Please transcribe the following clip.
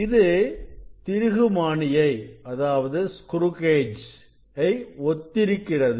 இது திருகு மானி ஐ ஒத்திருக்கிறது